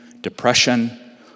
depression